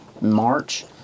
March